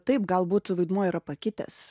taip galbūt vaidmuo yra pakitęs